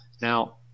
Now